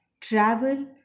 Travel